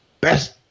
best